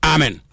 Amen